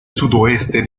sudoeste